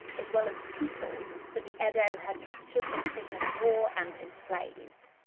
as well as people that the edo had captured as prisoners of war and enslaved.